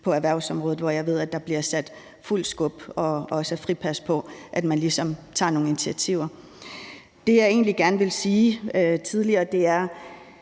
på erhvervsområdet, hvor jeg ved, at der bliver sat fuldt skub og også fripas på, at man ligesom tager nogle initiativer. Det, jeg egentlig gerne ville sige tidligere, var,